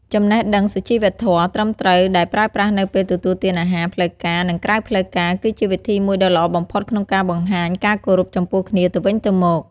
ចំណេះដឹងសុជីវធម៌ត្រឹមត្រូវដែលប្រើប្រាស់នៅពេលទទួលទានអាហារផ្លូវការនិងក្រៅផ្លូវការគឺជាវិធីមួយដ៏ល្អបំផុតក្នុងការបង្ហាញការគោរពចំពោះគ្នាទៅវិញទៅមក។